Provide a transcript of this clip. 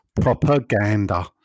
Propaganda